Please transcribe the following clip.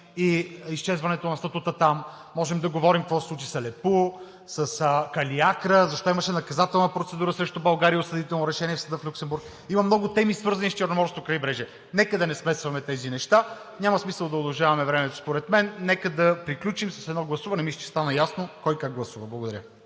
с изчезването на статута там, можем да говорим какво се случи с Алепу, с Калиакра и защо имаше наказателна процедура срещу България и осъдително решение от Съда в Люксембург. Има много теми, свързани с Черноморското крайбрежие. Нека да не смесваме тези неща. Няма смисъл да удължаваме времето според мен. Нека да приключим с едно гласуване. Мисля, че стана ясно кой как гласува. Благодаря.